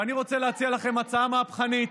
ואני רוצה להציע לכם הצעה מהפכנית,